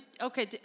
Okay